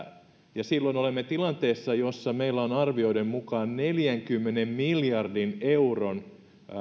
silloin olemme tilanteessa jossa meillä on arvioiden mukaan neljänkymmenen miljardin euron